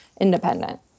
independent